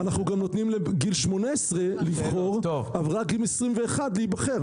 אנחנו גם נותנים לגיל 18 לבחור אבל רק בגיל 21 להיבחר,